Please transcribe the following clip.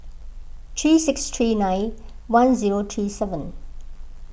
three six three nine one zero three seven